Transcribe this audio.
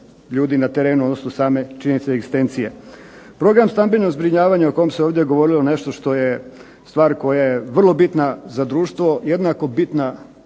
ljudi na terenu, odnosno same činjenice i egzistencije. Program stambenog zbrinjavanja o kojem se ovdje govorilo nešto što je stvar koja je vrlo bitna za društvo, jednako bitna